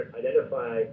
identify